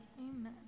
Amen